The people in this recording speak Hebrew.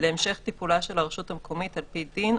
להמשך טיפולה של הרשות המקומית על פי דין,